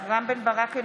אינו נוכח רם בן ברק,